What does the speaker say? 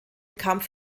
kampf